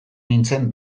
nintzen